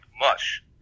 mush